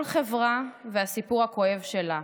כל חברה והסיפור הכואב שלה: